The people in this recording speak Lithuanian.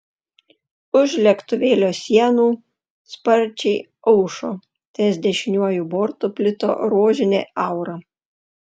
už lėktuvėlio sienų sparčiai aušo ties dešiniuoju bortu plito rožinė aura